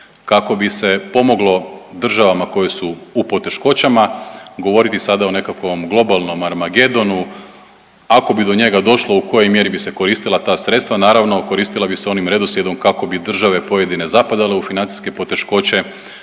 kako bi se pomoglo državama koje su u poteškoćama. Govoriti sada o nekakvom globalnom Armagedonu, ako bi do njega došlo u kojoj mjeri bi se koristila ta sredstva? Naravno koristila bi se onim redoslijedom kako bi države pojedine zapadale u financijske poteškoće.